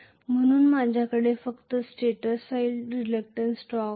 म्हणून माझ्याकडे फक्त स्टेटर साइड रिलक्टंन्स टॉर्क आहे